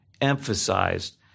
emphasized